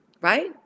right